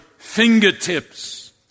Fingertips